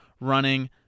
running